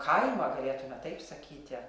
kaimą galėtume taip sakyti